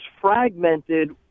fragmented